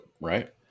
right